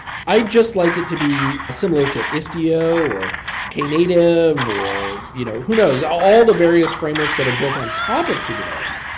i just like it to be similar to istio or knative or you know who knows? all the various frameworks that are built on top of kubernetes,